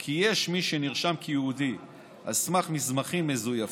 כי יש מי שנרשם כיהודי על סמך מסמכים מזויפים,